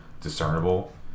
discernible